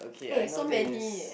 eh so many eh